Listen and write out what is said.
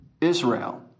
Israel